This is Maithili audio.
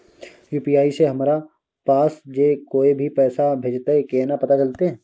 यु.पी.आई से हमरा पास जे कोय भी पैसा भेजतय केना पता चलते?